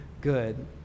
good